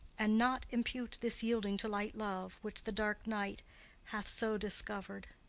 and not impute this yielding to light love, which the dark night hath so discovered.